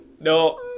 no